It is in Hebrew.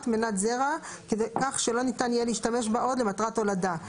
מנת שרע כך שלא ניתן יהיה להשתמש בה עוד למטרת הולדה,